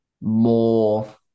more